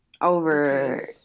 Over